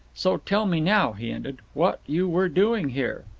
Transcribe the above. so tell me now, he ended, what you were doing here.